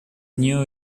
knew